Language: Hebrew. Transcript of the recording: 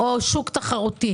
או שוק תחרותי.